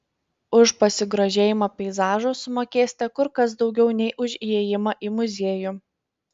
už pasigrožėjimą peizažu sumokėsite kur kas daugiau nei už įėjimą į muziejų